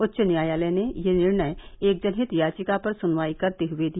उच्च न्यायालय ने यह निर्णय एक जनहित याचिका पर सुनवाई करते हुए दिया